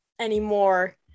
anymore